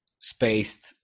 spaced